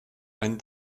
einen